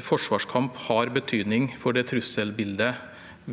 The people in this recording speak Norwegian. forsvarskamp har betydning for det trusselbildet